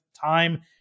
time